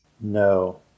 No